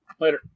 Later